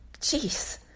jeez